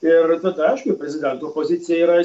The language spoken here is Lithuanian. ir tai aišku prezidento pozicija yra